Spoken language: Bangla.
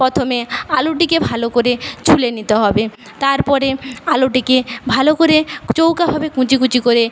প্রথমে আলুটিকে ভালো করে ছুলে নিতে হবে তারপরে আলুটিকে ভালো করে চৌকোভাবে কুঁচি কুঁচি করে